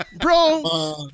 Bro